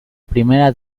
primera